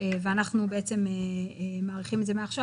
ואנחנו מאריכים את זה מעכשיו,